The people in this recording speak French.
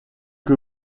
que